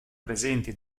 presenti